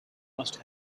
must